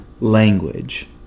language